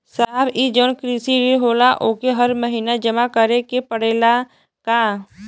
साहब ई जवन कृषि ऋण होला ओके हर महिना जमा करे के पणेला का?